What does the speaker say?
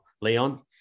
Leon